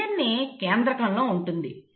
DNA కేంద్రకంలో ఉంటుంది